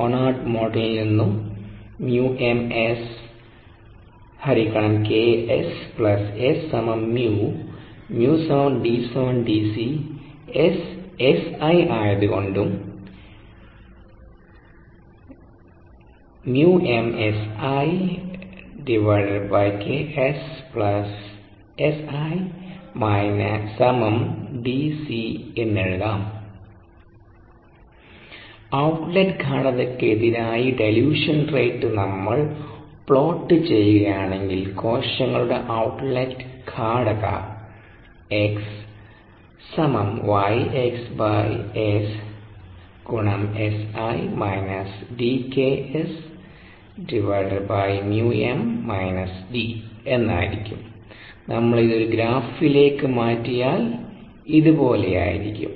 Monod മോഡലിൽ നിന്നും µ D Dc S→Si ആയത്കൊണ്ടും എന്ന് എഴുതാം എന്ന് എഴുതാം ഔട്ട്ലെറ്റ് ഗാഢതയ്ക്ക് എതിരായി ഡില്യൂഷൻ റേറ്റ് നമ്മൾ പ്ലോട്ട് ചെയ്യുകയാണെങ്കിൽ കോശങ്ങളുടെ ഔട്ട്ലെറ്റ് ഗാഢത എന്ന് ആയിരിക്കും നമ്മൾ ഇത് ഒരു ഗ്രാഫിലേക്ക് മാറ്റിയാൽ ഇത് ഇതുപോലെയാകും